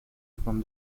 from